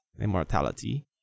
immortality